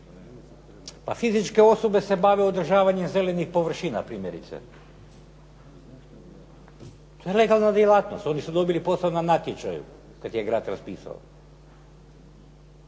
A fizičke osobe se bave održavanjem zelenih površina primjerice. To je legalna djelatnost, oni su dobili posao na natječaju kada je grad raspisao.